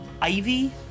ivy